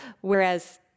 whereas